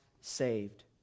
saved